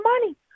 money